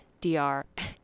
DR